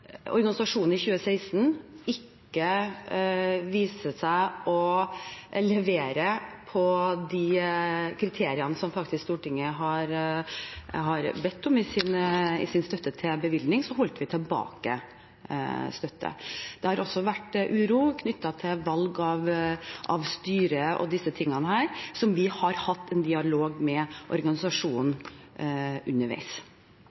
organisasjonen i 2016 viste seg ikke å levere på de kriteriene som Stortinget faktisk har bedt om i sin støtte til bevilgning, holdt vi tilbake støtte. Det har også vært uro knyttet til valg av styre og disse tingene, som vi har hatt en dialog med organisasjonen om underveis.